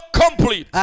complete